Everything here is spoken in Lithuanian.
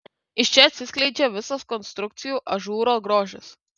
iš čia atsiskleidžia visas konstrukcijų ažūro grožis